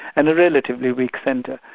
and a relatively weak centre.